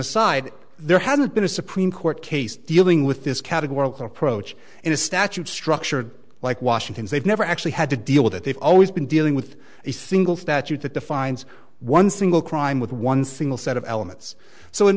aside there hasn't been a supreme court case dealing with this categorical approach in a statute structured like washington's they've never actually had to deal with it they've always been dealing with a single statute that defines one single crime with one single set of elements so in